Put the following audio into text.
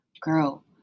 girl